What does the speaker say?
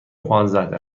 پانزده